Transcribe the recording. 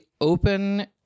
open